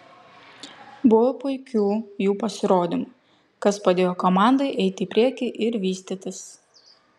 buvo puikių jų pasirodymų kas padėjo komandai eiti į priekį ir vystytis